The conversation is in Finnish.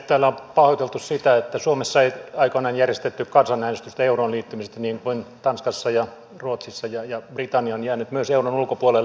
täällä on pahoiteltu sitä että suomessa ei aikoinaan järjestetty kansanäänestystä euroon liittymisestä niin kuin tanskassa ja ruotsissa ja että britannia on jäänyt myös euron ulkopuolelle